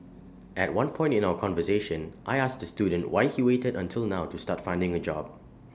at one point in our conversation I asked the student why he waited until now to start finding A job